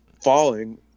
falling